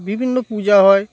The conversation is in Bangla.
বিভিন্ন পূজা হয়